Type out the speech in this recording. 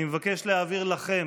אני מבקש להעביר לכם